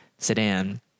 Sedan